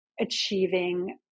achieving